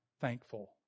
thankful